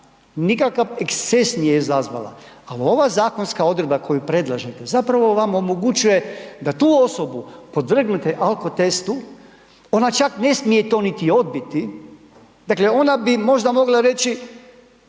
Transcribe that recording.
nikakav eksces nije izazvala, al ova zakonska odredba koju predlažete zapravo vam omogućuje da tu osobu podvrgnete alkotestu, ona čak ne smije to niti odbiti, dakle ona bi možda mogla reći